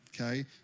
Okay